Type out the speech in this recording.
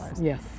yes